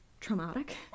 traumatic